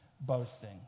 boasting